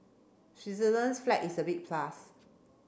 Switzerland's flag is a big plus